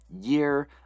year